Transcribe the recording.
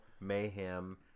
Mayhem